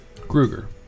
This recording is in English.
Kruger